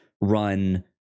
run